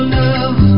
love